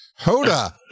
Hoda